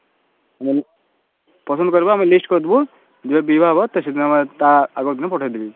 ପସନ୍ଦ କରିବ ଆମେ ଲିଷ୍ଟ୍ କରିଦେବୁ ଯେବେ ବିଭା ହବ ସେଦିନ ତା ଆଗ ଦିନ ପଠେଇ ଦେବି